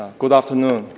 good afternoon.